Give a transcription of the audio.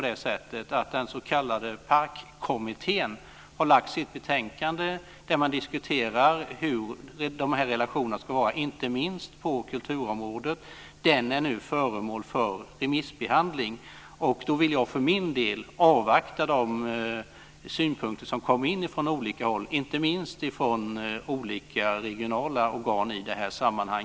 Den s.k. PARK-kommitten har nu lagt fram sitt betänkande. Där diskuteras de relationerna, inte minst på kulturområdet. Den utredningen är nu föremål för remissbehandling. Jag vill för min del avvakta de synpunkter som kommer in från olika håll, inte minst från olika regionala organ i detta sammanhang.